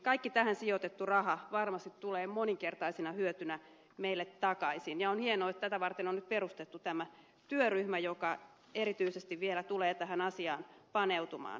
kaikki tähän sijoitettu raha varmasti tulee moninkertaisena hyötynä meille takaisin ja on hienoa että tätä varten on nyt perustettu tämä työryhmä joka erityisesti vielä tulee tähän asiaan paneutumaan